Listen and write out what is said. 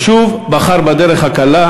ושוב בחר בדרך הקלה,